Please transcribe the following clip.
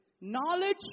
knowledge